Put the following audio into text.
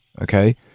okay